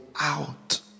out